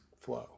flow